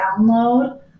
download